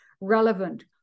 relevant